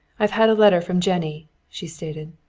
i've had a letter from jennie, she stated.